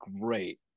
great